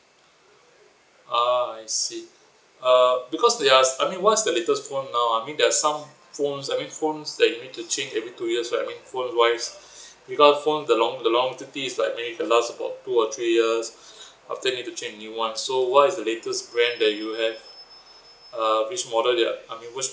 ah I see uh because we are I mean what's the latest phone now ah I mean there are some phones I mean phones that you need to change every two years right I mean phone wise because phone the long the longevity is like it last about two or three years after you need to change to new one so what is the latest brand that you have uh which model you uh I mean which